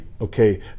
okay